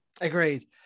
Agreed